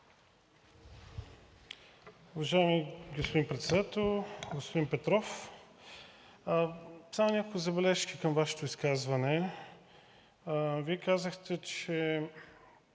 Уважаеми господин Председател! Господин Петров, само няколко забележки към Вашето изказване. Вие казахте, че